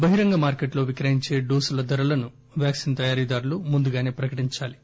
బహిరంగ మార్కెట్లో విక్రయించే డోసుల ధరలను వ్యాక్పిన్ తయారీదారులు ముందుగానే ప్రకటించాలి